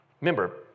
Remember